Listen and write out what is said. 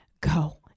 go